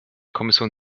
kommission